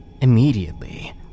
immediately